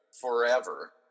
forever